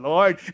Lord